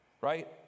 Right